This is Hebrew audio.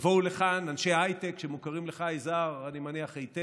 יבואו לכאן אנשי הייטק, שמוכרים לך, יזהר היטב,